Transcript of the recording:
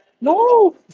no